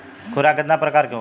खुराक केतना प्रकार के होखेला?